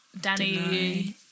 Danny